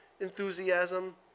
Enthusiasm